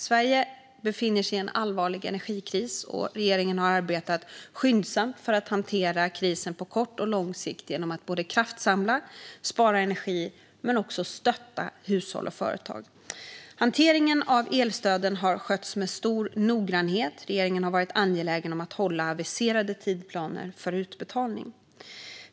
Sverige befinner sig i en allvarlig energikris, och regeringen har arbetat skyndsamt för att hantera krisen på kort och lång sikt genom att både kraftsamla, spara energi och stötta hushåll och företag. Hanteringen av elstöden har skötts med stor noggrannhet, och regeringen har varit angelägen om att hålla aviserade tidsplaner för utbetalning.